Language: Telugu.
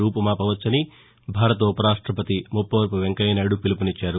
రూపుమాపవచ్చని భారత ఉవరాష్టవతి మువ్చవరవు వెంకయ్యనాయుడు పిలువునిచ్చారు